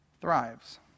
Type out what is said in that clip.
thrives